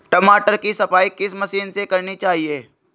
टमाटर की सफाई किस मशीन से करनी चाहिए?